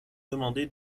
demandé